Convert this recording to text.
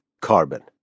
carbon